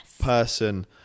person